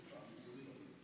כנוסח הוועדה: